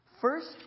First